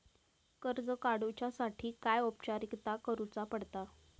कर्ज काडुच्यासाठी काय औपचारिकता करुचा पडता?